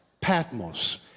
Patmos